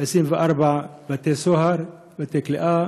24 בתי-סוהר, בתי-כלא,